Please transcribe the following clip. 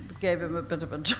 gave him a bit of a